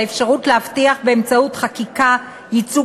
והאפשרות להבטיח באמצעות חקיקה ייצוג